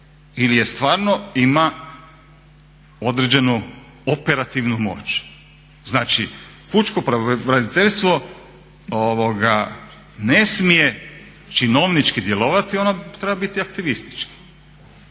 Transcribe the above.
ili stvarno ima određenu operativnu moć? Znači, pučko braniteljstvo ne smije činovnički djelovati, ono treba biti aktivistički.